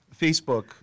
Facebook